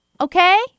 Okay